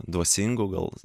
dvasingu gal